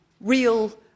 real